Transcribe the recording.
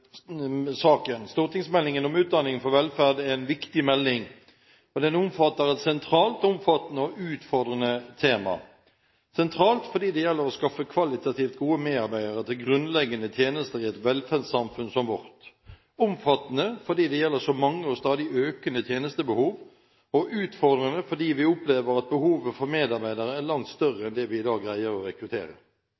saken. Stortingsmeldingen om Utdanning for velferd er en viktig melding, og den omfatter et sentralt, omfattende og utfordrende tema – sentralt fordi det gjelder å skaffe kvalitativt gode medarbeidere til grunnleggende tjenester i et velferdssamfunn som vårt, omfattende fordi det gjelder så mange og stadig økende tjenestebehov, og utfordrende fordi vi opplever at behovet for medarbeidere er langt større